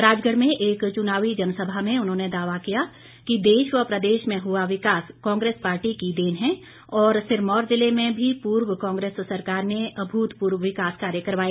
राजगढ़ में एक चुनावी जनसभा में उन्होंने दावा किया कि देश व प्रदेश में हआ विकास कांग्रेस पार्टी की देन है और सिरमौर जिले में भी पूर्व कांग्रेस सरकार ने अभूतपूर्व विकास कार्य करवाए